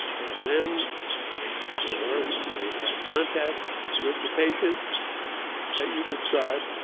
and then or they had contact with the patient that you describe.